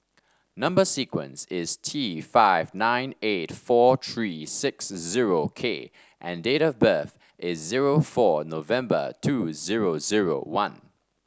number sequence is T five nine eight four three six zero K and date of birth is zero four November two zero zero one